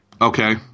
Okay